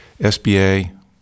SBA